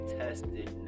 tested